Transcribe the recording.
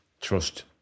Trust